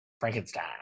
Frankenstein